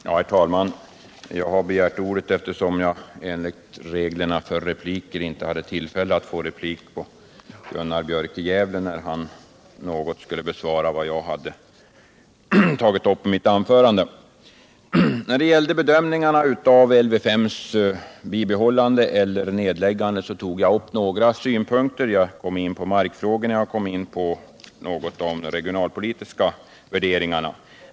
Herr talman! Jag har begärt ordet därför att jag enligt replikreglerna inte kunde få replik på Gunnar Björk i Gävle när han skulle besvara vad jag hade tagit upp i mitt anförande. När det gällde bedömningen av Lv §:s bibehållande eller nedläggande tog jag upp några synpunkter. Jag kom in på markfrågorna, jag kom in på de regionalpolitiska värderingarna.